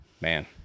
Man